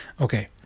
Okay